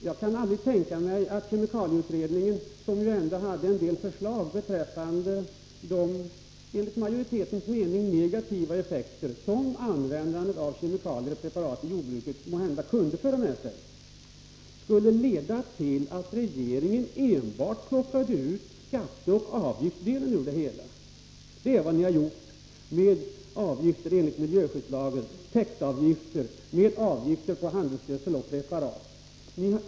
Jag kan aldrig tänka mig att kemikalieutredningen, som ju ändå hade en del förslag beträffande de enligt majoritetens mening negativa effekter som användandet av kemikalier och preparat i jordbruket måhända kunde föra med sig, skulle leda till att regeringen enbart plockade ut skatteoch avgiftsdelen ur förslaget. Det är vad ni har gjort, med avgifter enligt miljöskyddslagen, täktavgifter, avgifter på handelsgödsel och preparat.